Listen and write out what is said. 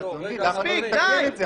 מספיק, די.